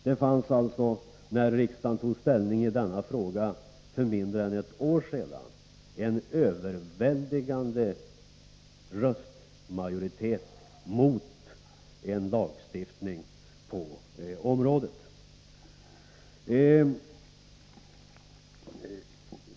Det fanns alltså, när riksdagen tog ställning i denna fråga för mindre än ett år sedan, en överväldigande majoritet mot en lagstiftning på området.